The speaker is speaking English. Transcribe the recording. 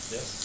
Yes